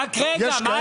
יש כאלה --- רגע, על מה